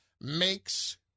makes